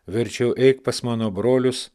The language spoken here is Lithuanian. verčiau eik pas mano brolius